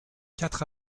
quatre